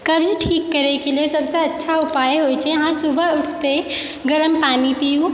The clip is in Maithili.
कब्ज ठीक करयके लेल सभसे अच्छा उपाय होय छै आहाँ सुबह उठितै ही गरम पानी पीयू